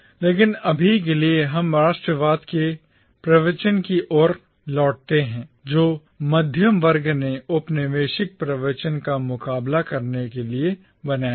लेकिन अभी के लिए हम राष्ट्रवाद के प्रवचन की ओर लौटते हैं जो मध्यवर्ग ने औपनिवेशिक प्रवचन का मुकाबला करने के लिए बनाया था